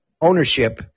ownership